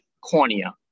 cornea